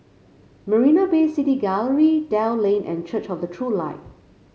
Marina Bay City Gallery Dell Lane and Church of the True Light